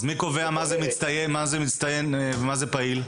מי קובע מי מצטיין ומי פעיל?